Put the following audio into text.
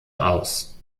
aus